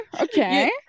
okay